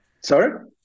Sorry